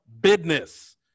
business